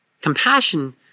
Compassion